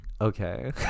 Okay